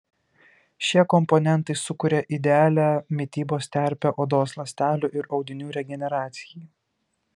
šie komponentai sukuria idealią mitybos terpę odos ląstelių ir audinių regeneracijai